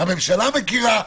שהממשלה מכירה,